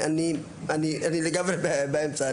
אני לגמרי באמצע.